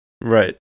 Right